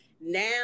now